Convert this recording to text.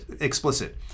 explicit